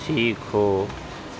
سیکھو